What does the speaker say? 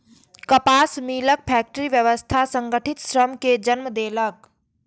कपास मिलक फैक्टरी व्यवस्था संगठित श्रम कें जन्म देलक